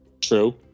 True